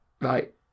Right